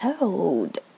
old